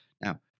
now